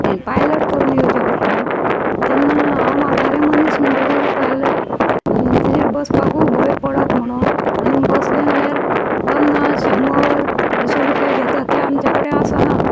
pilot करून येवचें पडटा तेन्ना हांव म्हातारें मनीस म्हणटगूर पायलट तिजेर बसपाकूच भंय पडत म्हणून आनी बसलें जाल्यार पन्नास शंबर अशे रुपये घेता ते आमच्या कडेन आसना